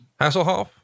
Hasselhoff